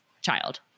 child